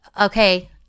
Okay